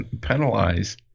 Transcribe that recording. penalize